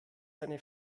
eine